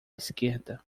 esquerda